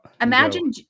Imagine